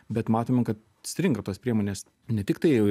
bet matome kad stringa tos priemonės ne tiktai